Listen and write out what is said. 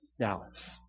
Dallas